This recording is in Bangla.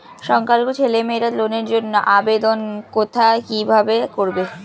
সংখ্যালঘু ছেলেমেয়েরা লোনের জন্য আবেদন কোথায় কিভাবে করবে?